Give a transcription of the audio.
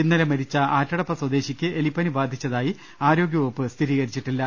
ഇന്നലെ മരിച്ച ആറ്റടപ്പ സ്വദേശിയ്ക്ക് എലിപ്പനി ബാധിച്ചതായി ആരോഗൃവകുപ്പ് സ്ഥിരീകരിച്ചിട്ടില്ല